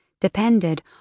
depended